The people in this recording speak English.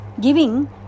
giving